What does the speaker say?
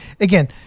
again